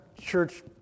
church